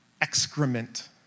excrement